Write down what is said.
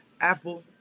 Apple